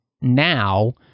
now